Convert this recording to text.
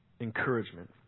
encouragement